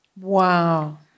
Wow